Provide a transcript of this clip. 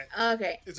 Okay